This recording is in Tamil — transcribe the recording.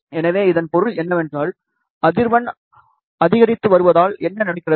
எனவே இதன் பொருள் என்னவென்றால் அதிர்வெண் அதிகரித்து வருவதால் என்ன நடக்கிறது